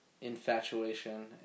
infatuation